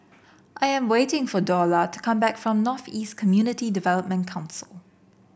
I am waiting for Dorla to come back from North East Community Development Council